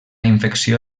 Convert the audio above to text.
infecció